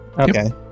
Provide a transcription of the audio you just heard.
Okay